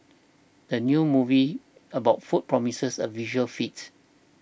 the new movie about food promises a visual feat